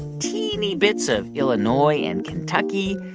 teeny bits of illinois and kentucky,